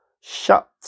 shut